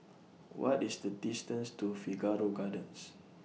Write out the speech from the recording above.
What IS The distance to Figaro Gardens